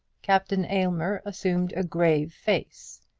captain aylmer assumed a grave face,